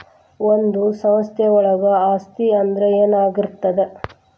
ಒಂದು ಸಂಸ್ಥೆಯೊಳಗ ಆಸ್ತಿ ಅಂದ್ರ ಏನಾಗಿರ್ತದ?